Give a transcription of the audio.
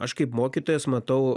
aš kaip mokytojas matau